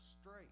straight